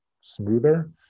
smoother